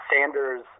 Sanders